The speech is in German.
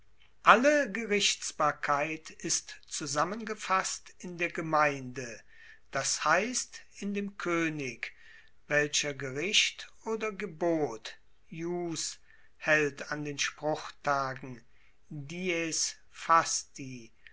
alle gerichtsbarkeit ist zusammengefasst in der gemeinde das heisst in dem koenig welcher gericht oder gebot ius haelt an den spruchtagen